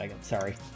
sorry